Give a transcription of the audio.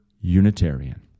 Unitarian